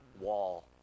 wall